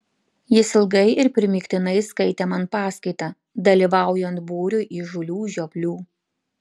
jis ilgai ir primygtinai skaitė man paskaitą dalyvaujant būriui įžūlių žioplių